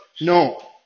No